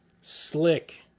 slick